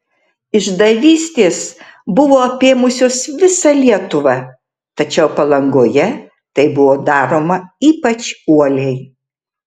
išdavystės buvo apėmusios visą lietuvą tačiau palangoje tai buvo daroma ypač uoliai